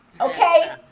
okay